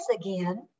again